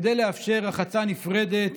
כדי לאפשר רחצה נפרדת